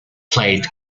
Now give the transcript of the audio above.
played